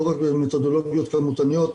לא רק במתודולוגיות כמותניות,